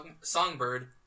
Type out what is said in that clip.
songbird